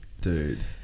Dude